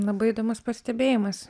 labai įdomus pastebėjimas